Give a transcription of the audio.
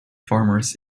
farmers